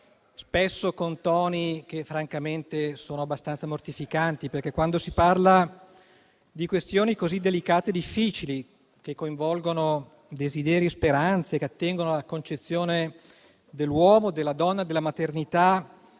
spesso con toni che, francamente, sono abbastanza mortificanti, perché quando si parla di questioni così delicate e difficili, che coinvolgono desideri e speranze che attengono alla concezione dell'uomo e della donna e della maternità,